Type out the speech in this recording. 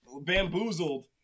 bamboozled